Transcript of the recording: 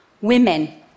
women